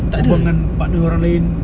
berbual dengan partner orang lain